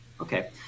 Okay